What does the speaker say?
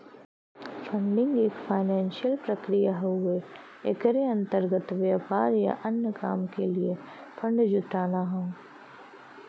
funding एक financial प्रक्रिया हउवे एकरे अंतर्गत व्यापार या अन्य काम क लिए फण्ड जुटाना हौ